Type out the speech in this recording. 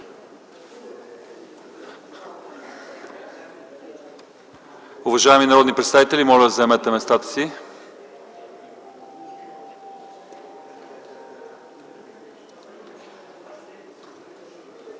Уважаеми народни представители, моля заемете местата си.